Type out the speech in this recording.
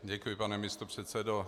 Děkuji, pane místopředsedo.